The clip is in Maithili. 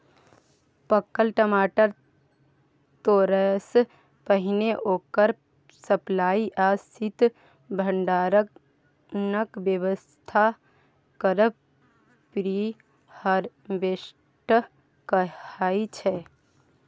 पाकल टमाटर तोरयसँ पहिने ओकर सप्लाई या शीत भंडारणक बेबस्था करब प्री हारवेस्ट कहाइ छै